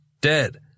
dead